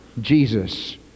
Jesus